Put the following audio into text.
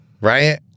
right